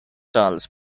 charles